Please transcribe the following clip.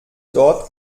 dort